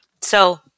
So-